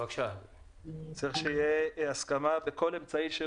צריך שתהיה הסכמה בכל אמצעי שהוא,